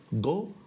go